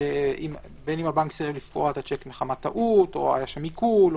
בין אם הבנק סירב לפרוע את השיק מחמת טעות או היה שם עיקול.